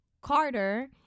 Carter